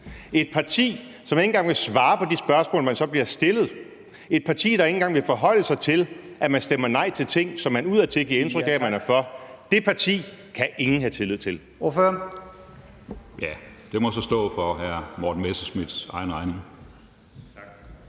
et parti, som ikke engang vil svare på de spørgsmål, man så bliver stillet, et parti, der ikke engang vil forholde sig til, at man stemmer nej til ting, som man udadtil giver indtryk af at man er for – det parti kan ingen have tillid til. Kl. 11:49 Første næstformand (Leif Lahn